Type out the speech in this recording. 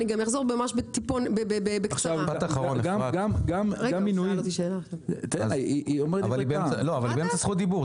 אני אחזור ממש בקצרה ----- אבל היא באמצע זכות דיבור.